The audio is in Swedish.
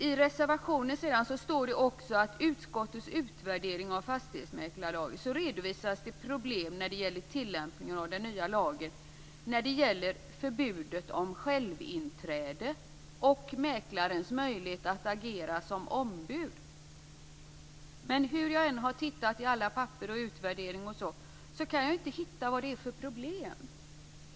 I reservationen står det också att i utskottets utvärdering av fastighetsmäklarlagen redovisas problem när det gäller tillämpningen av den nya lagen. Det gäller förbudet om självinträde och mäklarens möjlighet att agera som ombud. Men hur jag än har tittat i alla papper, utvärderingar och sådant kan jag inte hitta vad det är för problem.